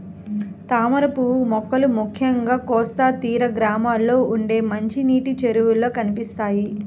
తామరపువ్వు మొక్కలు ముఖ్యంగా కోస్తా తీర గ్రామాల్లో ఉండే మంచినీటి చెరువుల్లో కనిపిస్తాయి